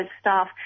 staff